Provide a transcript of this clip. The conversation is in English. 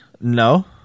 No